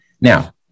Now